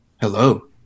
Hello